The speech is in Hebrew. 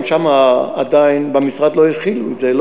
גם שם עדיין, במשרד, לא הכילו את זה.